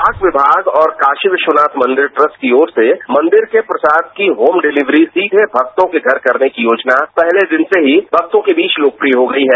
डाक विभाग और काशी विश्वनाथ मॉदेर ट्रस्ट की और से मॉदेर के प्रसाद की होम बिलिवरी सीधे भक्तों के घर करने की योजना पहले दिन से ही भक्तों के बीच तोकप्रिय हो गई है